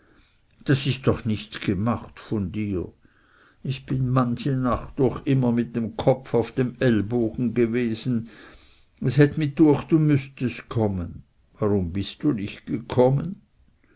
das ist doch nichts gemacht von dir ich bin manche nacht durch immer mit dem kopf auf dem ellbogen gewesen es het mih düecht du müßtest kommen warum bist du nicht gekommen